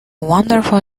wonderful